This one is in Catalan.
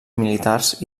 militars